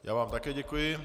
Já vám také děkuji.